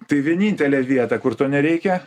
tai vienintelė vieta kur to nereikia